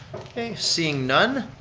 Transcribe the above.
okay, seeing none.